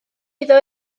iddo